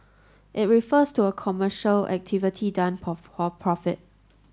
it refers to a commercial activity done for profit